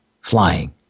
flying